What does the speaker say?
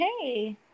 hey